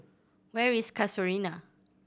where is Casuarina